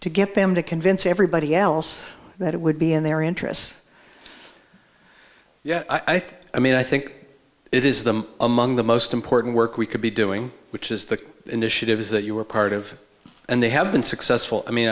to get them to convince everybody else that it would be in their interests yeah i think i mean i think it is them among the most important work we could be doing which is the initiatives that you were part of and they have been successful i